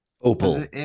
Opal